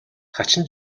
хачин